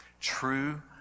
True